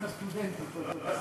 יום הסטודנטים קודם.